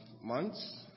months